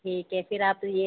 ठीक है फिर आप ये